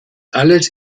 alles